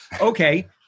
okay